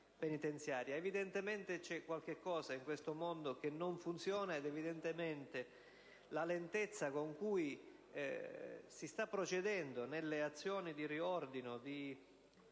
Evidentemente, c'è qualche cosa in questo mondo che non funziona. Probabilmente, la lentezza con cui si sta procedendo nelle azioni di riordino, di